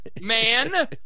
man